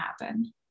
happen